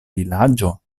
vilaĝo